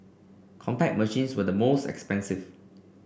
Compaq machines were the most expensive